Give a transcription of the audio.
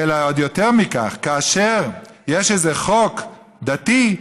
ועוד יותר מכך, כאשר יש איזה חוק דתי,